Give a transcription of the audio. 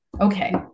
Okay